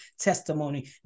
testimony